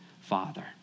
Father